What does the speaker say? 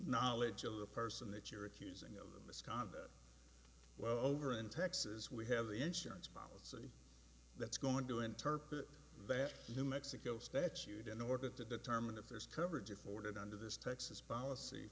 knowledge of the person that you're accusing of misconduct well over in texas we have the insurance policy that's going to interpret that new mexico statute in order to determine if there's coverage afforded under this texas policy